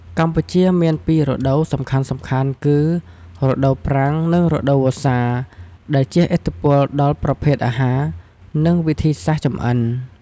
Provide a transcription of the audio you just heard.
កម្ពុជាមានពីររដូវសំខាន់ៗគឺ រដូវប្រាំង និង រដូវវស្សា ដែលជិះឥទ្ធិពលដល់ប្រភេទអាហារ និងវិធីសាស្រ្តចម្អិន។